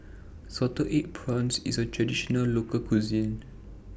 Salted Egg Prawns IS A Traditional Local Cuisine